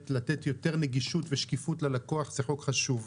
לתת יותר נגישות ושקיפות ללקוח זה חוק חשוב.